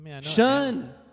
Shun